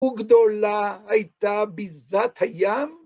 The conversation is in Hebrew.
וגדולה הייתה ביזת הים.